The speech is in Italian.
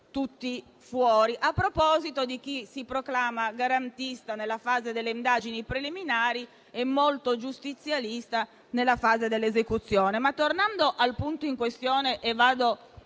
tutti fuori: questo a proposito di chi si proclama garantista nella fase delle indagini preliminari e molto giustizialista nella fase dell'esecuzione.